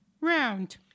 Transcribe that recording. round